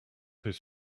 his